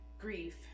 grief